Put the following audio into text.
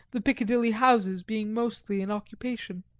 the piccadilly houses being mostly in occupation.